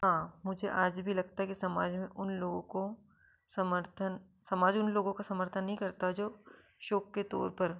हाँ मुझे आज भी लगता है कि समाज में उन लोगों को समर्थन समाज उन लोगों का समर्थन नहीं करता जो शौक के तौर पर